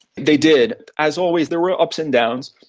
they did. as always there were ups and downs,